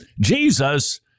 Jesus